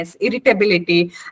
irritability